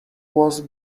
was